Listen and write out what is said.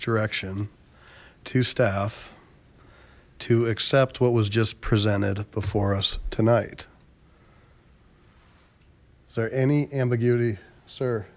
direction to staff to accept what was just presented before us tonight is there any ambiguity sir